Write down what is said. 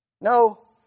No